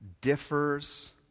differs